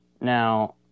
Now